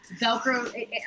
Velcro